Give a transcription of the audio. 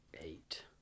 Eight